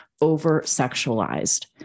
over-sexualized